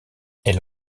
elle